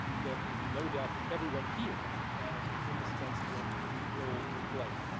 there can be no doubt that everyone here has an indispensable role to play.